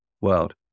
world